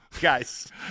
Guys